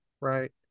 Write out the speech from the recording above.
Right